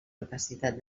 capacitat